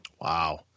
Wow